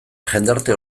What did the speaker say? jendarte